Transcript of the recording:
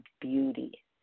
beauty